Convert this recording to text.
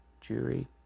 jury